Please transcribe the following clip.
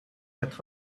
but